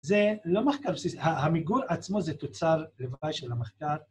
זה לא מחקר בסיסי, המיגול עצמו זה תוצר לוואי של המחקר.